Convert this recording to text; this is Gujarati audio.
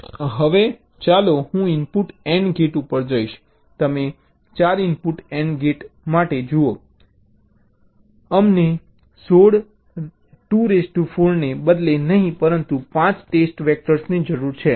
હવે ચાલો 4 ઇનપુટ AND ગેટ ઉપર જઈએ તમે 4 ઇનપુટ AND ગેટ માટે જુઓ અમને 16 24 ને બદલે નહીં પરંતુ 5 ટેસ્ટ વેક્ટર્સની જરૂર છે